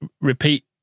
repeat